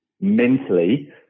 mentally